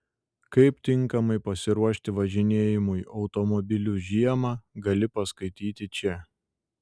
kaip tinkamai pasiruošti važinėjimui automobiliu žiemą gali paskaityti čia